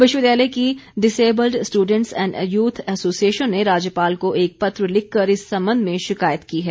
विश्वविद्यालय की disabled students and youth association ने राज्यपाल को एक पत्र लिखकर इस संबंध में शिकायत की है